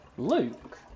Luke